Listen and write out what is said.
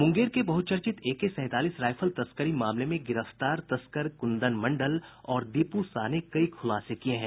मुंगेर के बहुचर्चित एके सैंतालीस राइफल तस्करी मामले में गिरफ्तार तस्कर कुंदन मंडल और दीपू साह ने कई खूलासे किये हैं